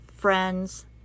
Friends